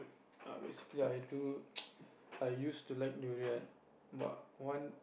err basically I do I used to like durian but one